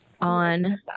on